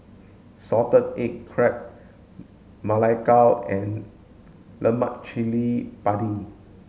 salted egg crab ma lai gao and lemak cili padi